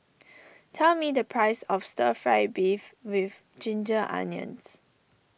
tell me the price of Stir Fry Beef with Ginger Onions